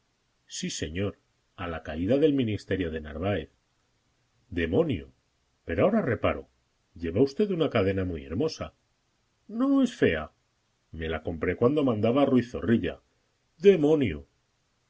sí señor a la caída del ministerio de narváez demonio pero ahora reparo lleva usted una cadena muy hermosa no es fea me la compré cuando mandaba ruiz zorrilla demonio